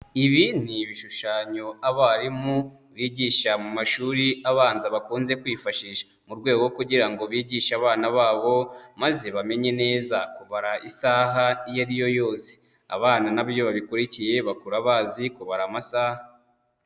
Ibi ni ibishushanyo abarimu bigisha mu mashuri abanza bakunze kwifashisha mu rwego rwo kugira ngo bigishe abana babo maze bamenye neza kubara isaha iyo ariyo yose, abana na bo iyo babikurikiye bakura bazi kubara amasaha.